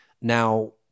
Now